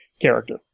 character